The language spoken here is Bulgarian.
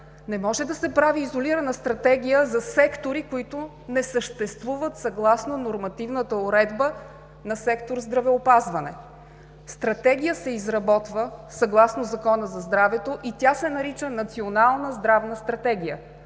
Не може да се прави изолирана стратегия за сектори, които не съществуват съгласно нормативната уредба на сектор „Здравеопазване“. Стратегия се изработва съгласно Закона за здравето и тя се нарича „Национална здравна стратегия“.